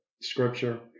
scripture